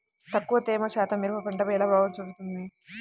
తక్కువ తేమ శాతం మిరప పంటపై ఎలా ప్రభావం చూపిస్తుంది?